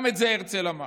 גם את זה הרצל אמר.